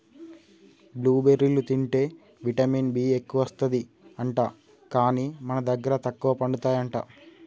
blue బెర్రీలు తింటే vitamin B ఎక్కువస్తది అంట, కానీ మన దగ్గర తక్కువ పండుతాయి అంట